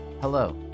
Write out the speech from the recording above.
Hello